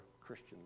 Christian